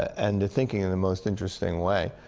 and they're thinking in the most interesting way.